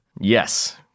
Yes